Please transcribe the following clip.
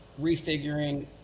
Refiguring